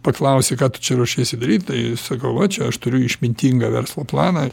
paklausė ką tu čia ruošiesi daryt tai sakau va čia aš turiu išmintingą verslo planą